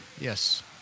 Yes